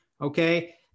Okay